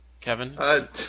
Kevin